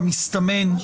כמסתמן,